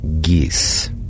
Geese